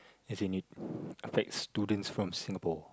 as in it affects students from Singapore